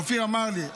אופיר אמר לי,